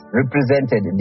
represented